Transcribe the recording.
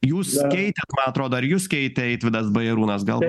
jūs keitėt man atrodo ar jus keitė eitvydas bajarūnas gal